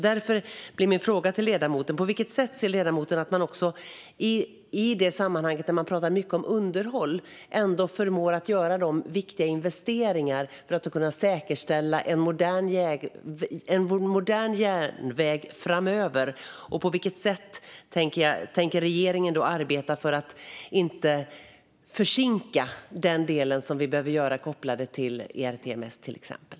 Därför blir min fråga på vilket sätt ledamoten ser att man, i det sammanhang där man pratar mycket om underhåll, ändå förmår göra de viktiga investeringar som krävs för att säkerställa en modern järnväg framöver. På vilket sätt tänker regeringen arbeta för att inte försinka den del vi behöver, till exempel det som är kopplat till ERTMS?